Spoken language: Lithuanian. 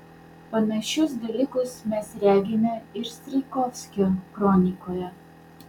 panašius dalykus mes regime ir strijkovskio kronikoje